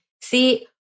See